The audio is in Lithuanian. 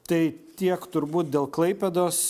tai tiek turbūt dėl klaipėdos